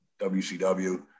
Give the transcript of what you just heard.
WCW